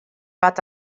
wat